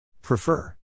Prefer